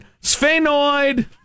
Sphenoid